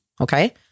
Okay